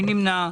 מי נמנע?